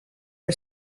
for